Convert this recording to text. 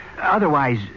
Otherwise